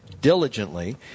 diligently